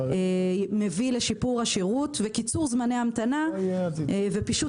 מביא לשיפור השירות וקיצור זמני המתנה ופישוט